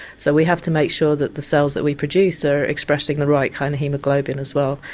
so we have to make sure that the cells that we produce are expressing the right kind of haemoglobin as well.